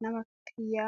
n'abakiriya.